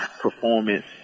performance